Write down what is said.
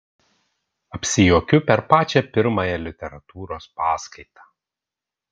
apsijuokiu per pačią pirmąją literatūros paskaitą